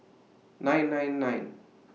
nine nine nine